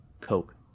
Coke